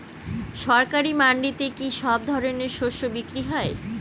সরকারি মান্ডিতে কি সব ধরনের শস্য বিক্রি হয়?